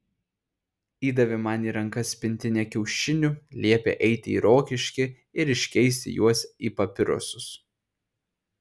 įdavė man į rankas pintinę kiaušinių liepė eiti į rokiškį ir iškeisti juos į papirosus